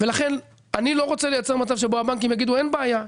ולכן אני לא רוצה לייצר מצב שבו הבנקים יגידו אין בעיה,